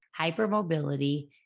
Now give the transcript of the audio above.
hypermobility